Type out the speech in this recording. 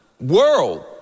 world